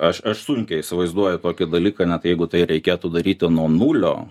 aš aš sunkiai įsivaizduoju tokį dalyką net jeigu tai reikėtų daryti nuo nulio